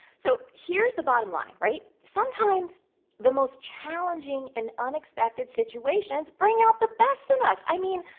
so here's the bottom line, right? sometimes the most challenging and unexpected situations bring out the best in us. i mean,